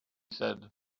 said